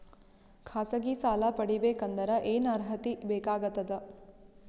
ಖಾಸಗಿ ಸಾಲ ಪಡಿಬೇಕಂದರ ಏನ್ ಅರ್ಹತಿ ಬೇಕಾಗತದ?